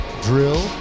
drill